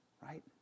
right